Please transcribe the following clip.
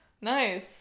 nice